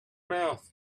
mouth